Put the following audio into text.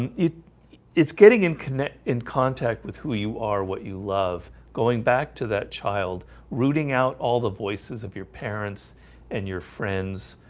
and you it's getting in connect in contact with who you are what you love going back to that child rooting out all the voices of your parents and your friends